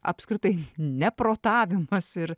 apskritai neprotavimas ir